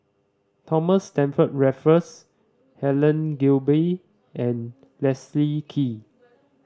Thomas Stamford Raffles Helen Gilbey and Leslie Kee